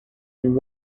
and